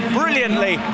brilliantly